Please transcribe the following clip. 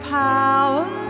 power